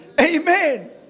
Amen